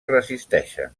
resisteixen